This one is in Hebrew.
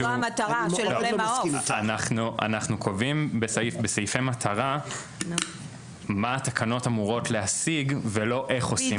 בסעיפי מטרה אנחנו קובעים מה התקנות אמורות להשיג ולא איך עושים את זה.